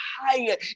higher